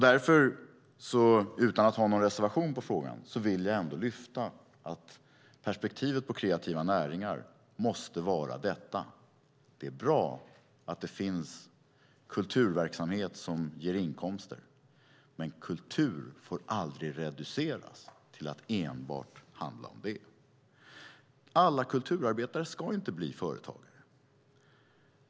Därför vill jag - utan att ha någon reservation i frågan - ändå lyfta att perspektivet på kreativa näringar måste vara detta: Det är bra att det finns kulturverksamhet som ger inkomster, men kultur får aldrig reduceras till att enbart handla om det. Alla kulturarbetare ska inte bli företagare.